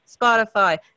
Spotify